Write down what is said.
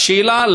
השאלה,